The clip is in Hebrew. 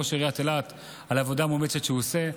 לראש עיריית אילת על העבודה המאומצת שהוא עושה.